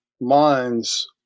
minds